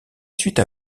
suite